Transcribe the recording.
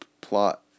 plot